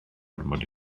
ormod